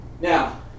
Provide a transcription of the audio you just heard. Now